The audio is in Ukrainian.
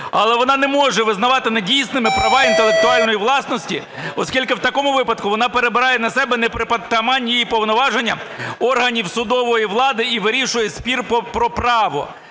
Але вона не може визнавати недійсними права інтелектуальної власності, оскільки у такому випадку вона перебирає на себе непритаманні їй повноваження органів судової влади і вирішує спір про право,